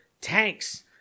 tanks